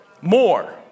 More